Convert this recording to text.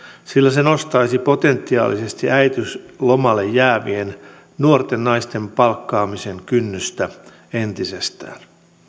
sillä se nostaisi potentiaalisesti äitiyslomalle jäävien nuorten naisten palkkaamisen kynnystä entisestään